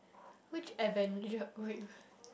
which Avenger